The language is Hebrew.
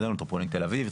מטרופולין תל אביב,